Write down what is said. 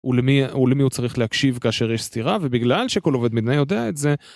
ולמי הוא צריך להקשיב כאשר יש סתירה, ובגלל שכל עובד מדינה יודע את זה...